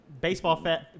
Baseball